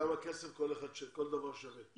כמה כסף כל דבר שווה?